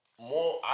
more